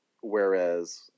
Whereas